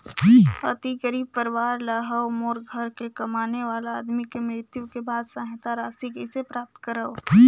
अति गरीब परवार ले हवं मोर घर के कमाने वाला आदमी के मृत्यु के बाद सहायता राशि कइसे प्राप्त करव?